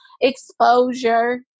exposure